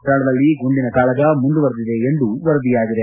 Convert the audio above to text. ಸ್ಥಳದಲ್ಲಿ ಗುಂಡಿನ ಕಾಳಗ ಮುಂದುವರಿದಿದೆ ಎಂದು ವರದಿಯಾಗಿದೆ